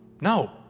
No